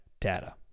data